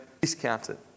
discounted